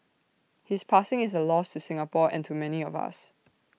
his passing is A loss to Singapore and to many of us